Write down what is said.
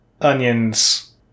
onions